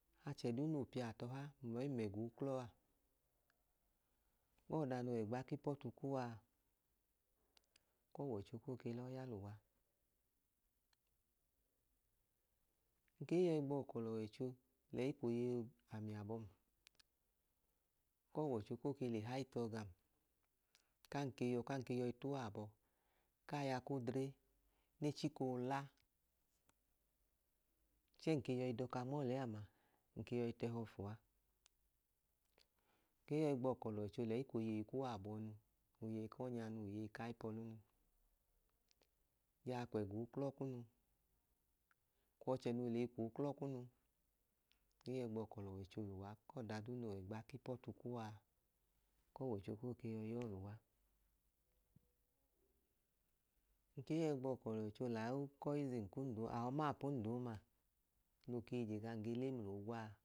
Ọchẹ duu noo piyatọha mla ọtim ẹga uklọ a, ku ọda noo wẹ ẹgba ku ipu ọtu kuwa, ku ọwọicho koo lọọ ya lẹ uwa. Ng ke i yọi gbọkọ lẹ ọwọicho lẹyi kwu oyeyi ami abọhim, ku ọwọicho kook e lẹ ihayi tọ gam. Kan ke yọ kan ke yọi ta uwa abọ ku aya nẹ e chika oola, chẹẹ ng ke nyọi dọka nma ọlẹ amanya, ng ke yọi tẹhọ fu uwa. Ng ke i yọi gbọkọ lẹ ọwọicho lẹyi kwu oyeyi kuwa abọnu, oyeyi ku ọnya nu, oyeyi ku ayipẹ ọlunujaa kwu ẹga uklọ kunu kwu ọchẹ noo lẹ eyi kwu uklọ kunu. Ng ge yọi gbọkọ lẹ ọwọicho lẹ uwa ku ọda duu noo wẹ ẹgba ku ipọtu kuwa a, ku ọwọicho ko yọi ya ọọ lẹ uwa. Ng ke i yọi gbọkọ lẹ ọwọicho lẹ aukọizim kum duumma, aọmapum duuma noo ge le mla oogwa a